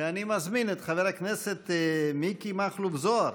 ואני מזמין את חבר הכנסת מיקי מכלוף זוהר,